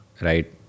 Right